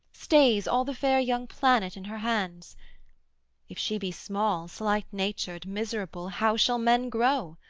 stays all the fair young planet in her hands if she be small, slight-natured, miserable, how shall men grow?